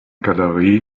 galerie